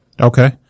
Okay